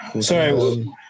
Sorry